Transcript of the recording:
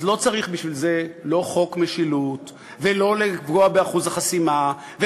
לא צריך בשביל זה חוק משילות ולא לפגוע באחוז החסימה.